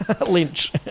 Lynch